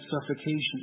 suffocation